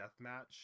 deathmatch